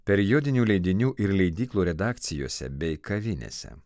periodinių leidinių ir leidyklų redakcijose bei kavinėse